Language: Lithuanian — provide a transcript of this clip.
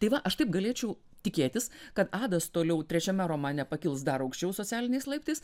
tai va aš taip galėčiau tikėtis kad adas toliau trečiame romane pakils dar aukščiau socialiniais laiptais